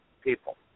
people